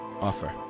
offer